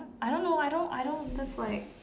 I don't know I don't I don't dislike